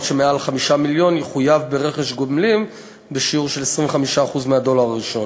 שמעל 5 מיליון יחויב ברכש גומלין בשיעור של 25% מהדולר הראשון.